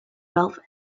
velvet